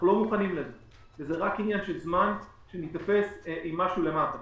זה רק עניין של זמן שניתפס עם משהו למטה.